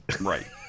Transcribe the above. Right